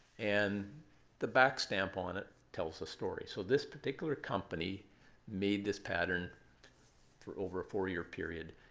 and the back stamp on it tells a story. so this particular company made this pattern for over a four-year period.